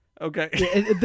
Okay